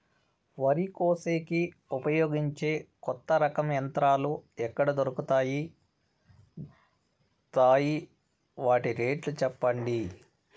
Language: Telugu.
వరి కోసేకి ఉపయోగించే కొత్త రకం యంత్రాలు ఎక్కడ దొరుకుతాయి తాయి? వాటి రేట్లు చెప్పండి?